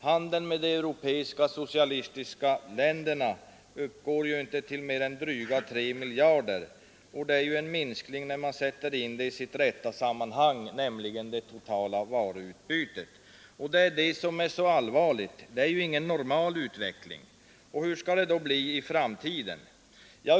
Handeln med de europeiska socialistiska länderna uppgår ju inte till mer än dryga 3 miljarder kronor, vilket innebär en minskning när man sätter in det i sitt rätta sammanhang, nämligen det totala varuutbytet. Detta är allvarligt. Det är inte en normal utveckling. Hur skall det då bli i framtiden?